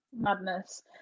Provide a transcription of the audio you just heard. Madness